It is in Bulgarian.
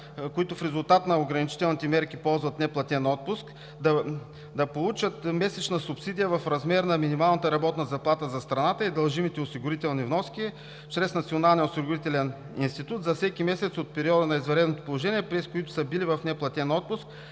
които в резултат на ограничителните мерки ползват неплатен отпуск, да получат месечна субсидия в размер на минималната работна заплата за страната и дължимите осигурителни вноски чрез Националния осигурителен институт за всеки месец от периода на извънредното положение, през които са били в неплатен отпуск